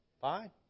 fine